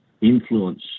influence